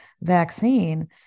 vaccine